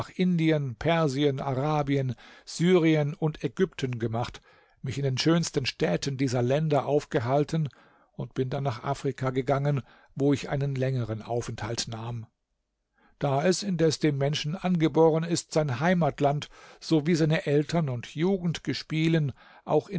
indien persien arabien syrien und ägypten gemacht mich in den schönsten städten dieser länder aufgehalten und bin dann nach afrika gegangen wo ich einen längeren aufenthalt nahm da es indes dem menschen angeboren ist sein heimatland sowie seine eltern und jugendgespielen auch